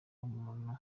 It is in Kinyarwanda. w’umuntu